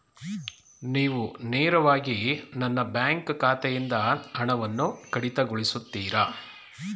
ನೀವು ನೇರವಾಗಿ ನನ್ನ ಬ್ಯಾಂಕ್ ಖಾತೆಯಿಂದ ಹಣವನ್ನು ಕಡಿತಗೊಳಿಸುತ್ತೀರಾ?